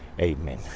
Amen